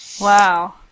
Wow